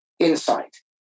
insight